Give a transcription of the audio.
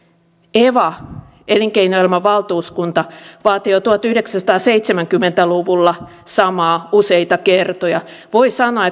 eva elinkeinoelämän valtuuskunta vaati jo tuhatyhdeksänsataaseitsemänkymmentä luvulla samaa useita kertoja voi sanoa